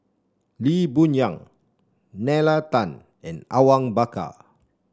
Lee Boon Yang Nalla Tan and Awang Bakar